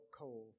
coal